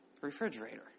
Refrigerator